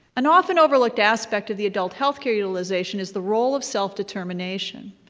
an often overlooked aspect of the adult health care utilization is the role of self-determination.